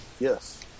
Yes